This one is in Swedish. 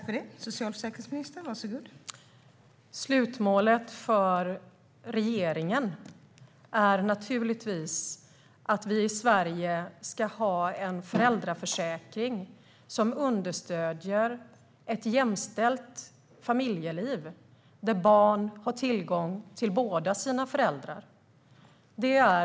Fru talman! Slutmålet för regeringen är naturligtvis att vi i Sverige ska ha en föräldraförsäkring som understöder ett jämställt familjeliv, där barn har tillgång till båda sina föräldrar.